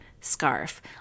scarf